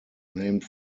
named